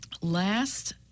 last